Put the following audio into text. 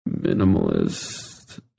minimalist